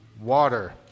water